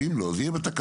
אם לא זה יהיה בתקנות.